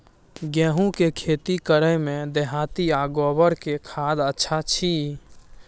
गेहूं के खेती करे में देहाती आ गोबर के खाद अच्छा छी?